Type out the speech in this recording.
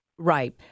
Right